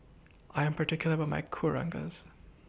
I'm particular about My Kueh Rengas